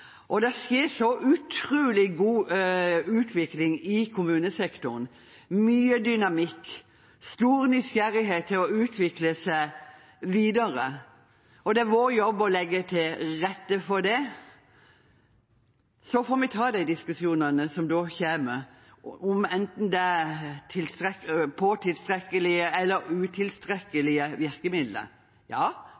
tatt. Det skjer så utrolig god utvikling i kommunesektoren, med mye dynamikk og stor nysgjerrighet til å utvikle seg videre. Det er vår jobb å legge til rette for det, så får vi ta de diskusjonene som da kommer, enten det er med tilstrekkelige eller